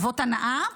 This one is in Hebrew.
טובות הנאה,